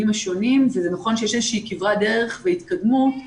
השונים וזה נכון שיש איזושהי כברת דרך והתקדמות,